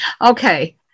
Okay